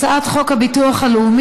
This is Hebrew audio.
טוב, אז אני אקבל את ההצעה של השר.